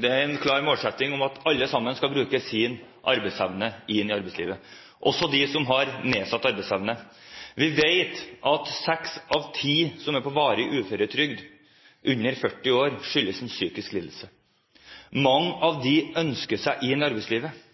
Det er en klar målsetting at alle sammen skal bruke sin arbeidsevne inn i arbeidslivet, også de som har nedsatt arbeidsevne. Vi vet at seks av ti under 40 år som er på varig uføretrygd, har en psykisk lidelse. Mange av dem ønsker seg inn i arbeidslivet,